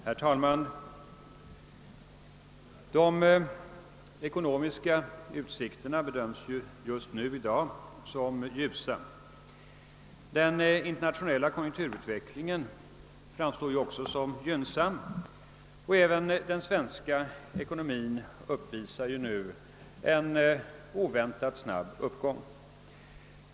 Herr talman! De ekonomiska utsikterna bedöms just nu som ljusa. Den internationella konjunkturutvecklingen framstår också som gynnsam och även den svenska ekonomin uppvisar en oväntat snabb uppgång.